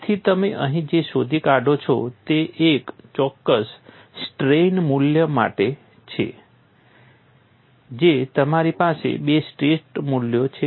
તેથી તમે અહીં જે શોધી કાઢો છો તે એક ચોક્કસ સ્ટ્રેઇન મૂલ્ય માટે છે જે તમારી પાસે બે સ્ટ્રેસ મૂલ્યો છે